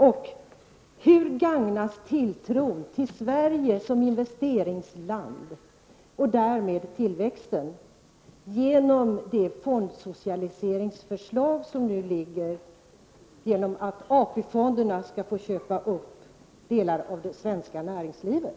Och hur gagnas tilltron till Sverige som investeringsland och därmed tillväxten genom det fondsocialiseringsförslag som nu föreligger? AP-fonderna skall ju få köpa upp delar av det svenska näringslivet.